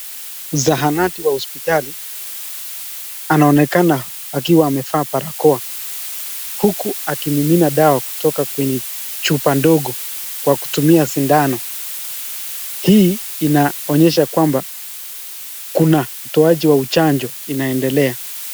Zahanati wa hosiptali anaonekana akiwa amevaa barakoa huku akimimina dawa kutoka kwenye chupa ndogo kwa kutumia sindano, hii inaonyesha kwamba kuna utoaji wa chanjo inaendelea.